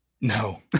No